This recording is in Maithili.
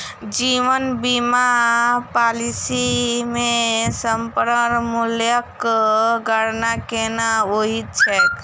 जीवन बीमा पॉलिसी मे समर्पण मूल्यक गणना केना होइत छैक?